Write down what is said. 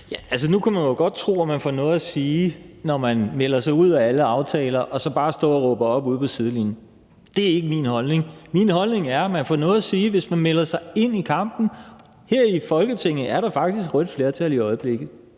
(V): Altså, nu kunne man jo godt tro, at man får noget at sige, når man melder sig ud af alle aftaler og så bare står og råber op på sidelinjen. Det er ikke min holdning. Min holdning er, at man får noget at sige, hvis man melder sig ind i kampen. Her i Folketinget er der faktisk rødt flertal i øjeblikket